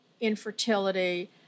infertility